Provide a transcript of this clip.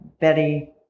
Betty